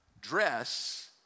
dress